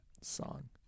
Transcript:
Song